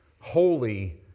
Holy